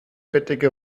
bettdecke